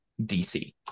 DC